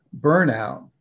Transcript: burnout